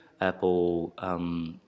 Apple